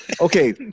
okay